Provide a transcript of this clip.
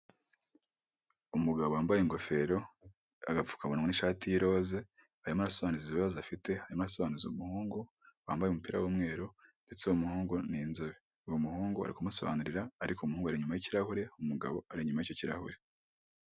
Umugabo wambaye ingofero, agapfukamunwa n'ishati y'iroza, arimo arasobanuza ibibazo afite, arimo arasobanuza umuhungu wambaye umupira w'umweru ndetse uwo muhungu n'inzobe, uwo muhungu ari kumusobanurira ariko umuhungu ari inyuma y'ikirahure, umugabo ari inyuma yicyo kikirarahure.